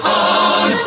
on